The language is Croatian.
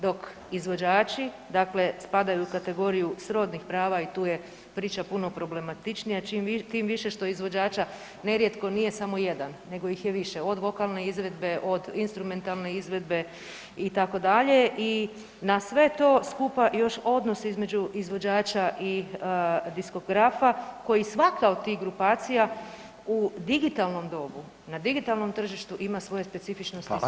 Dok izvođači dakle spadaju u kategoriju srodnih prava i tu je priča puno problematičnija tim više što izvođača nerijetko nije samo jedan, nego ih je više od vokalne izvedbe, od instrumentalne izvedbe itd. i na sve to skupa još odnos između izvođača i diskografa koji svaka od tih grupacija u digitalnom dobu, na digitalnom tržištu ima svoje specifičnosti i svoje teškoće.